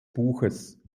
buches